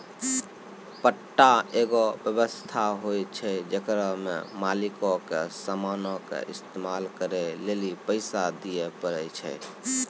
पट्टा एगो व्य्वस्था होय छै जेकरा मे मालिको के समानो के इस्तेमाल करै लेली पैसा दिये पड़ै छै